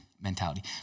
mentality